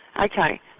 Okay